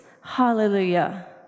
hallelujah